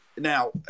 Now